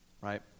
right